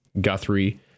Guthrie